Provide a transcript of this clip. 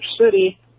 City